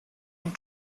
and